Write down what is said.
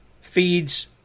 feeds